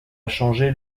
changer